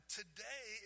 today